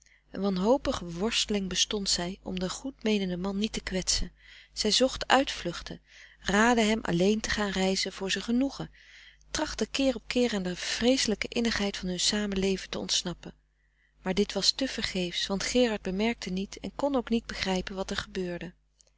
een wanhopige worsteling bestond zij om den goed meenenden man niet te kwetsen zij zocht uitvluchten raadde hem alleen te gaan reizen voor zijn genoegen trachtte keer op keer aan de vreeselijke innigheid van hun samenleven te ontsnappen maar dit was te vergeefs want gerard bemerkte niet en kon ook niet begrijpen wat er gebeurde